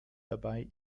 dabei